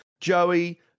Joey